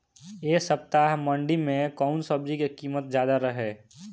एह सप्ताह मंडी में कउन सब्जी के कीमत ज्यादा रहे?